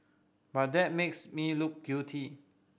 but that makes me look guilty